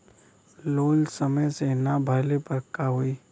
Loan समय से ना भरले पर का होयी?